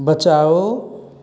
बचाओ